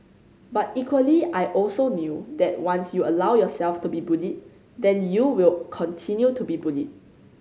but equally I also knew that once you allow yourself to be bullied then you will continue to be bullied